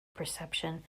perception